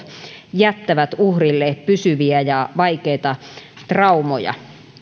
jättävät uhrille pysyviä ja vaikeita traumoja